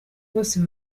bose